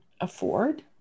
afford